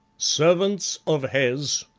servants of hes,